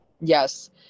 yes